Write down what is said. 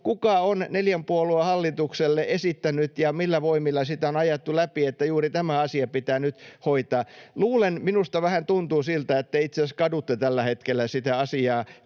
kuka on neljän puolueen hallitukselle sitä esittänyt ja millä voimilla on ajettu läpi sitä, että juuri tämä asia pitää nyt hoitaa. Luulen, minusta vähän tuntuu siltä, että itse asiassa kadutte tällä hetkellä sitä asiaa,